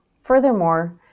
Furthermore